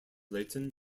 layton